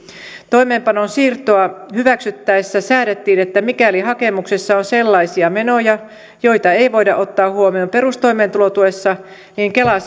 toimeenpanon siirtoa hyväksyttäessä säädettiin että mikäli hakemuksessa on sellaisia menoja joita ei voida ottaa huomioon perustoimeentulotuessa niin kela